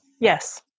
Yes